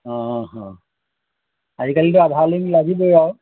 অঁ অঁ আজিকালিতো আধাৰ লিংক লাগিবই আৰু